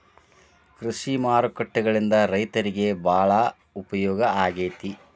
ಕೃಷಿ ಮಾರುಕಟ್ಟೆಗಳಿಂದ ರೈತರಿಗೆ ಬಾಳ ಉಪಯೋಗ ಆಗೆತಿ